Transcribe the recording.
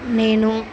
నేను